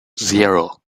zero